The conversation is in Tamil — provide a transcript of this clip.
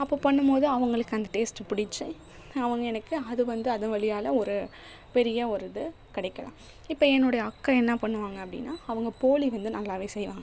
அப்போ பண்ணும்போது அவங்களுக்கு அந்த டேஸ்ட்டு புடிச்சு அவங்க எனக்கு அது வந்து அதன் வழியாலே ஒரு பெரிய ஒரு இது கிடைக்கலாம் இப்போ என்னுடைய அக்கா என்ன பண்ணுவாங்க அப்படின்னா அவங்க போளி வந்து நல்லாவே செய்வாங்க